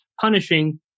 punishing